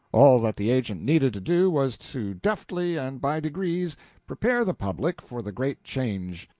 all that the agent needed to do was to deftly and by degrees prepare the public for the great change,